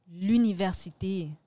l'université